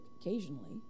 occasionally